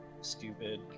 stupid